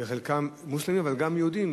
חלקן למוסלמים אבל גם ליהודים.